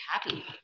happy